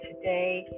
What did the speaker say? today